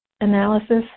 analysis